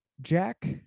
Jack